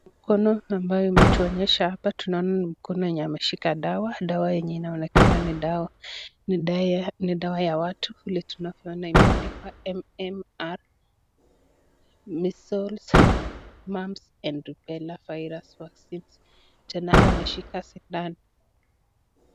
Mkono ambao tunaoneshwa hapa tunaona ni mkono ambayo imeshika dawa, dawa yenye inaonekana ni dawa ya watu vile tunavyoona imeandikwa MMR, Measles, Mumps and Rubela virus vaccine , tena ameshika sindano.